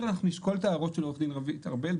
המשלים אנחנו נשקול את ההערות של עו"ד רוית ארבל,